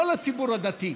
לא לציבור הדתי,